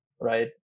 right